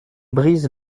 brise